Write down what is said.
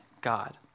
God